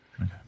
Okay